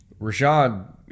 Rashad